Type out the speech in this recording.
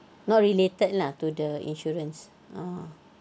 not related lah to the insurance ah